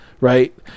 Right